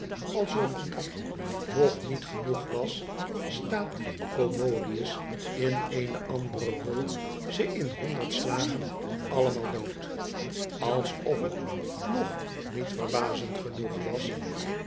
alsof dat ng niet genoeg was slaat commodius in eene andere rol ze in honderd slagen allemaal dood alsof het ng niet verbazend genoeg was